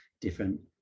different